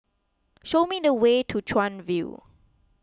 show me the way to Chuan View